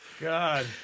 God